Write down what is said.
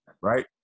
right